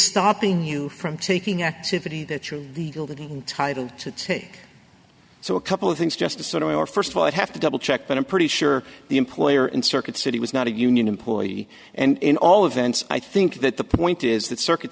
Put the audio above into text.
stopping you from taking activity that you're legal that entitle to take so a couple of things just to sort of me or first of all i'd have to double check but i'm pretty sure the employer in circuit city was not a union employee and in all events i think that the point is that circuit